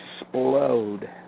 explode